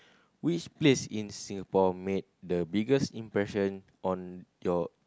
which place in Singapore made the biggest impression on your